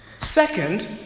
Second